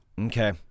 Okay